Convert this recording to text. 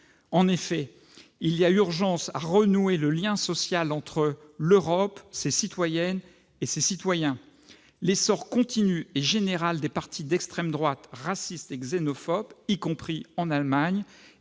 En effet, il y a urgence à renouer le lien social entre l'Europe, ses citoyennes et ses citoyens. L'essor continu et général des partis d'extrême droite racistes et xénophobes, y compris en Allemagne,